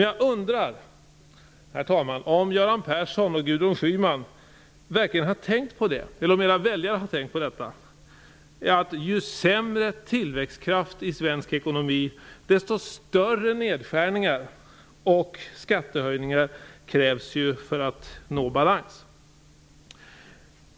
Jag undrar, herr talman, om Göran Persson och Gudrun Schyman eller deras väljare verkligen har tänkt på det faktum att ju sämre konkurrenskraften i svensk ekonomi är, desto större nedskärningar och skattehöjningar krävs det för att nå balans.